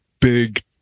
big